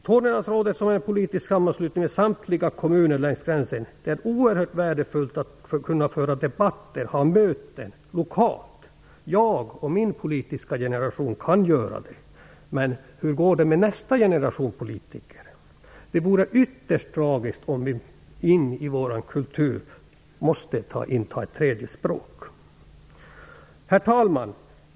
Tornedalsrådet, som är en politisk sammanslutning med samtliga kommuner längs gränsen, är oerhört värdefullt för att kunna föra debatter och ha möten lokalt. Jag och min politiska generation kan göra det. Men hur går det med nästa generation politiker? Det vore ytterst tragiskt om vi måste ta in ett tredje språk i vår kultur. Herr talman!